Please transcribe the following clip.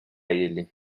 ele